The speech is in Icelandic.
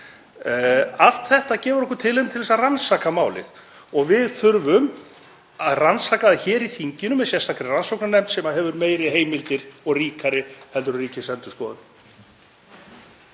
Allt þetta gefur okkur tilefni til að rannsaka málið og við þurfum að rannsaka það hér í þinginu með sérstakri rannsóknarnefnd sem hefur meiri heimildir og ríkari en Ríkisendurskoðun.